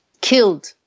killed